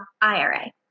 IRA